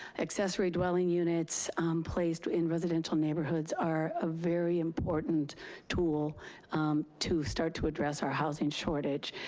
accessory dwelling units placed in residential neighborhoods are a very important tool to start to address our housing shortage.